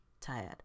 tired